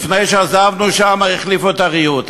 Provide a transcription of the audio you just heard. לפני שעזבנו, החליפו את הריהוט.